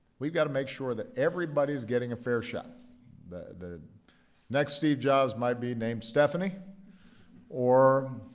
we've got to make sure that everybody is getting a fair shot the next steve jobs might be named stephanie or